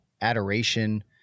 adoration